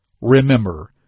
remember